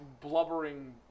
blubbering